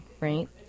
right